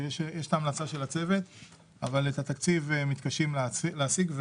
שיש את ההמלצה של הצוות אבל את התקציב מתקשים להשיג,